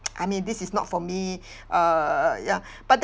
I mean this is not for me err ya but then